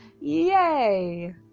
Yay